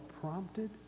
prompted